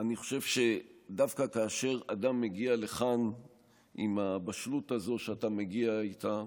אני חושב שדווקא כאשר אדם מגיע לכאן עם הבשלות הזו שאתה מגיע איתה